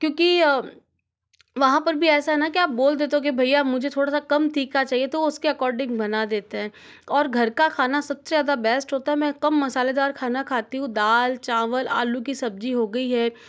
क्योंकि वहाँ पर भी ऐसा है न कि आप बोल देते हो के भैया मुझे थोड़ा सा कम तीखा चाहिए तो उसके अकॉर्डिंग बना देते हैं और घर का खाना सबसे ज़्यादा बेस्ट होता है मैं कम मसालेदार खाना खाती हूँ दाल चावल आलू की सब्जी हो गई है